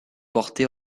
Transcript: portée